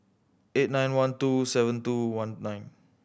eight nine one two seven two one nine